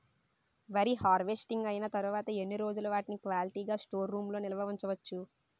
వరి హార్వెస్టింగ్ అయినా తరువత ఎన్ని రోజులు వాటిని క్వాలిటీ గ స్టోర్ రూమ్ లొ నిల్వ ఉంచ వచ్చు?